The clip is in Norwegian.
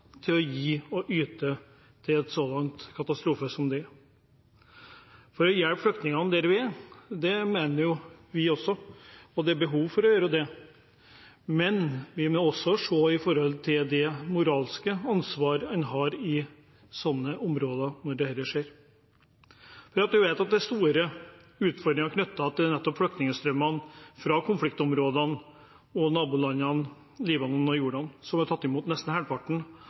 til å gi og yte til en sådan katastrofe. At en skal hjelpe flyktningene der de er, mener jo vi også. Det er behov for å gjøre det, men vi må også se på det moralske ansvaret en har i sånne områder når dette skjer. En vet at det er store utfordringer knyttet til nettopp flyktningstrømmene fra konfliktområdene og nabolandene Libanon og Jordan, som har tatt imot nesten